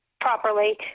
properly